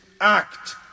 act